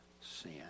sin